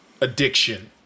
addiction